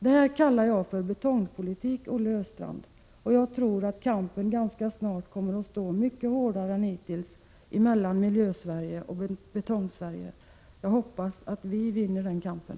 Det kallar jag för betongpolitik, Olle Östrand, och jag tror att kampen snart kommer att stå mycket hårdare än hittills emellan Miljösverige och Betongsverige. Jag hoppas att vi vinner den kampen.